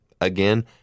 Again